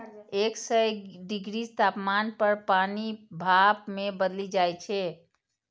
एक सय डिग्री तापमान पर पानि भाप मे बदलि जाइ छै